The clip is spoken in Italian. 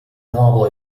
nuovo